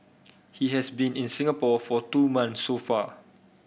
he has been in Singapore for two month so far